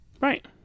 right